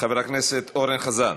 חבר הכנסת אורן חזן?